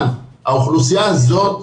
אבל האוכלוסייה הזאת,